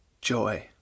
Joy